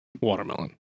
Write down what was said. watermelon